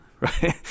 right